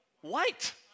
white